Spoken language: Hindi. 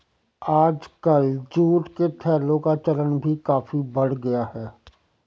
आजकल जूट के थैलों का चलन भी काफी बढ़ गया है